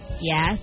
yes